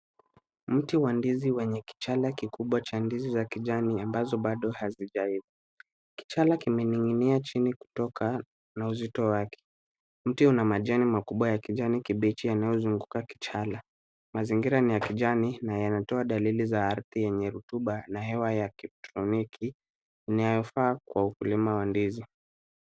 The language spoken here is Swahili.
Mti wa ndizi mwenye kichala kikubwa cha ndizi za kijani ambazo hazijaiva. Kichala kimeninginia chini kutokana na uzito wake. Mti una majani makubwa ya kijani kibichi yanayozunguka kichala. Mazingira ni ya kijani na yanatoa dalili za ardhini yenye rutuba na hewa yake ya kitropiki inayofaa kwa ukulima wa ndizi.